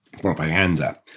Propaganda